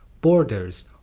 borders